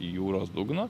jūros dugno